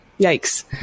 yikes